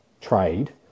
trade